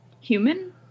human